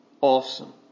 awesome